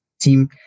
team